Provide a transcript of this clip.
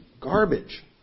garbage